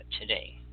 Today